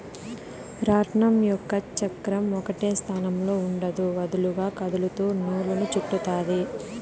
రాట్నం యొక్క చక్రం ఒకటే స్థానంలో ఉండదు, వదులుగా కదులుతూ నూలును చుట్టుతాది